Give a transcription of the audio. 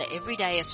everyday